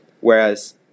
whereas